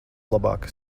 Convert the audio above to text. labāk